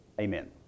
Amen